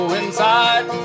inside